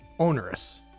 onerous